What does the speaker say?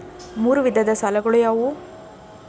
ಮೂರು ವಿಧದ ಸಾಲಗಳು ಯಾವುವು?